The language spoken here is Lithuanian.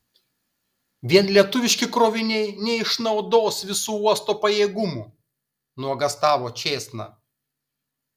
vien lietuviški kroviniai neišnaudos visų uosto pajėgumų nuogąstavo čėsna